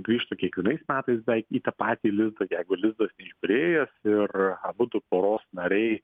grįžta kiekvienais metais beveik į tą patį lizdą jeigu lizdas išperėjęs ir abudu poros nariai